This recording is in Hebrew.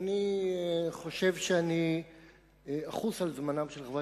אני חושב שאני אחוס על זמנם של חברי